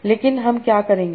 लेकिन हम क्या करेंगे